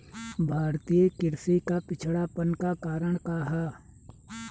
भारतीय कृषि क पिछड़ापन क कारण का ह?